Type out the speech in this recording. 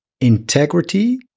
integrity